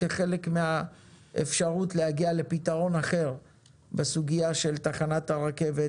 כחלק מהאפשרות להגיע לפתרון אחר בסוגיה של תחנת הרכבת